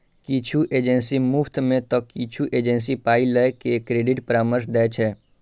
किछु एजेंसी मुफ्त मे तं किछु एजेंसी पाइ लए के क्रेडिट परामर्श दै छै